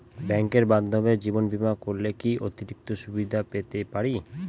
ব্যাংকের মাধ্যমে জীবন বীমা করলে কি কি অতিরিক্ত সুবিধে পেতে পারি?